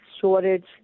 shortage